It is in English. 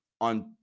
on